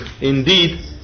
indeed